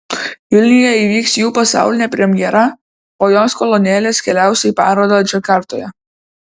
vilniuje įvyks jų pasaulinė premjera po jos kolonėlės keliaus į parodą džakartoje